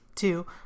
two